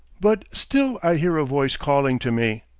but still i hear a voice calling to me,